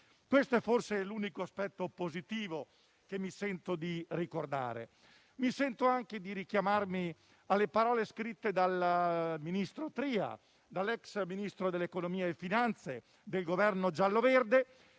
Questo è forse l'unico aspetto positivo che mi sento di ricordare. Mi sento anche di richiamare le parole scritte dall'ex ministro dell'economia e delle finanze del Governo giallo-verde,